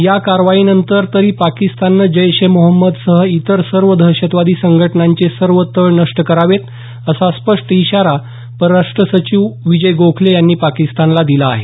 या कारवाईनंतर तरी पाकिस्ताननं जैश ए मोहम्मद सह इतर सर्व दहतशवादी संघटनांचे सर्व तळ नष्ट करावेत असा स्पष्ट इशारा परराष्ट्र सचिव विजय गोखले यांनी पाकिस्तानला दिला आहे